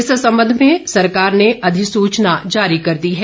इस संबंध में सरकार ने अधिसूचना जारी कर दी है